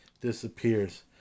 disappears